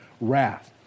wrath